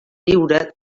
viure